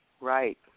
Right